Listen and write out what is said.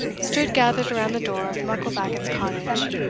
stood gathered around the door of mucklebackit's cottage,